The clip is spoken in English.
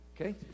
Okay